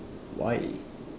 why